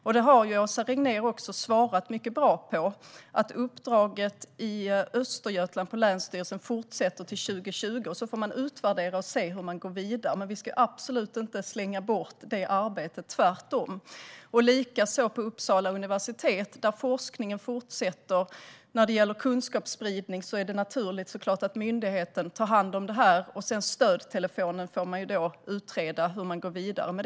Åsa Regnér har också svarat mycket bra att uppdraget för Länsstyrelsen Östergötland fortsätter till år 2020, och sedan får man utvärdera och se hur man ska gå vidare. Vi ska absolut inte slänga bort det arbetet - tvärtom. Likaså fortsätter forskningen på Uppsala universitet. När det gäller kunskapsspridning är det naturligt att myndigheten tar hand om det. Stödtelefonen får man utreda hur man ska gå vidare med.